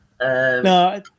No